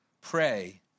pray